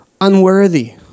unworthy